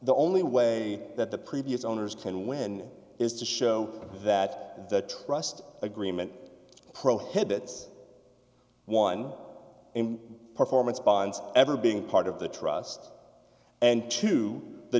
the only way that the previous owners can win is to show that the trust agreement prohibits one in performance bonds ever being part of the trust and two the